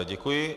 Děkuji.